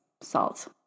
salt